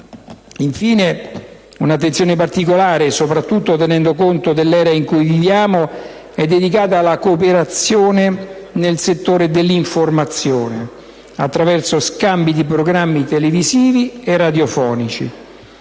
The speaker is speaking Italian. Infine, un'attenzione particolare, soprattutto tenendo conto dell'era in cui viviamo, è dedicata alla cooperazione nel settore dell'informazione, attraverso scambi di programmi televisivi e radiofonici.